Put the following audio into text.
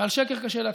ועל שקר קשה להצביע.